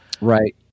Right